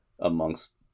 amongst